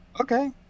Okay